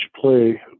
play